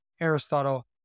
Aristotle